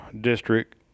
district